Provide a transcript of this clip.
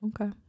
Okay